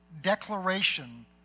declaration